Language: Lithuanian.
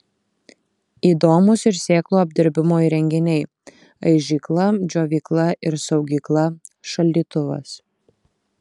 įdomūs ir sėklų apdirbimo įrenginiai aižykla džiovykla ir saugykla šaldytuvas